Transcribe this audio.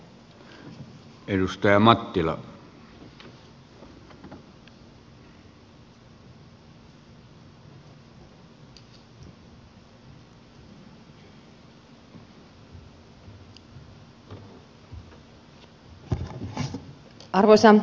arvoisa puhemies